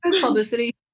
publicity